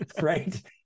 right